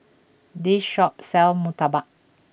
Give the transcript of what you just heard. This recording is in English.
this shop sells Murtabak